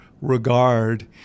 regard